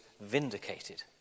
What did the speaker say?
vindicated